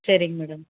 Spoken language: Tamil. சரிங்க மேடம்